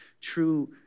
true